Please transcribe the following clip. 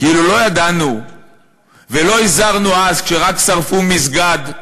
כאילו לא ידענו ולא הזהרנו אז, כשרק שרפו מסגד,